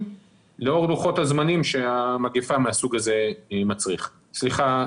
לאור לוחות-הזמנים שמגפה מהסוג הזה מצריכה.